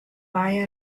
buy